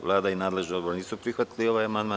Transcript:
Vlada i nadležni odbor nisu prihvatili ovaj amandman.